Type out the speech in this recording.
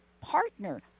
partner